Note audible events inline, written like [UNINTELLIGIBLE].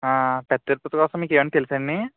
పెద్ద తిరుపతి [UNINTELLIGIBLE] మీకు ఏమైనా తెలుసాండీ